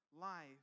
life